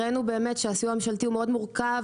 הראנו באמת שהסיוע הממשלתי הוא מאוד מורכב,